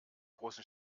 großen